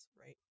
right